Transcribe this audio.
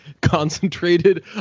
concentrated